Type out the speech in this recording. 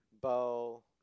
bow